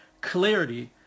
clarity